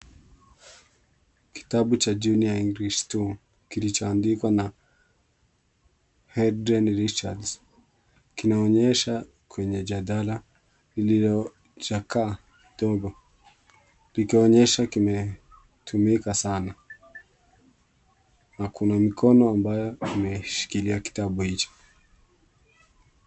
Kitabu cha Junior English Two kilichoandikwa na Heden Richards. Kinaonyesha kwenye jadala lililochakaa kidogo, likionyesha kimetumika sana na kuna mikono ambayo imeshikilia kitabu hicho.